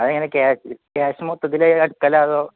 അത് എങ്ങനെ cash cash മൊത്തത്തിൽ എടുക്കലോ അതോ